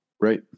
Right